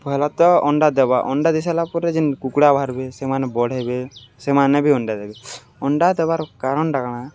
ପହେଲା ତ ଅଣ୍ଡା ଦେବା ଅଣ୍ଡା ଦେଇସାର୍ଲା ପରେ ଯେନ୍ତି କୁକୁଡ଼ା ବାହାରିବେ ସେମାନେ ବଡ଼୍ ହେବେ ସେମାନେ ବି ଅଣ୍ଡା ଦେବେ ଅଣ୍ଡା ଦେବାର୍ କାରଣ୍ଟା କାଣା